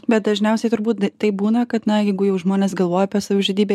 bet dažniausiai turbūt taip būna kad na jeigu jau žmonės galvoja apie savižudybę